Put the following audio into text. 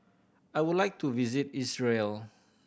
I would like to visit Israel